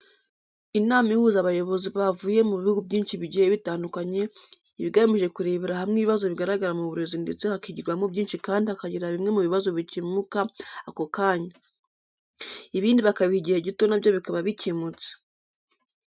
Inama ihuza abayobozi bavuye mu bihugu byinshi bigiye bitandukanye, iba igamije kurebera hamwe ibibazo bigaragara mu burezi ndetse hakigirwamo byinshi kandi hakagira bimwe mu bibazo bikemuka ako kanya, ibindi bakabiha igihe gito na byo bikaba bicyemutse.